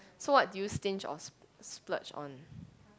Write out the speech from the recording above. so what did you stinge or s~ splurge on